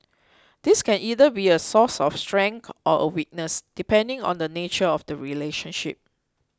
this can either be a source of strength or a weakness depending on the nature of the relationship